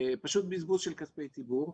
זה פשוט בזבוז של כספי ציבור.